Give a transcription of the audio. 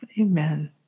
Amen